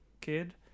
kid